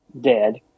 dead